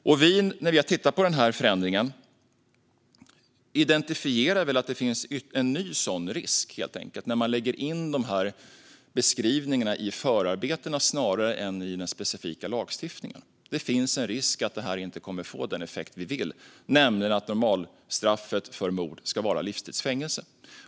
När vi har tittat på förändringen har vi identifierat en ny sådan risk när man lägger in beskrivningarna i förarbetena snarare än i den specifika lagstiftningen. Det finns en risk för att detta inte kommer att få den effekt vi vill, nämligen att normalstraffet för mord ska vara livstids fängelse.